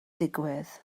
digwydd